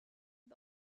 the